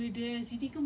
so many places